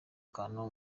kantu